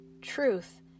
Truth